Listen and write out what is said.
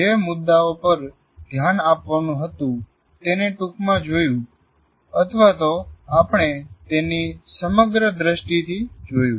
જે મુદાઓ પર ધ્યાન આપવાનું હતું તેને ટુંકમાં જોયું અથવા તો આપણે તેને સમગ્ર દ્રષ્ટિ થી જોયું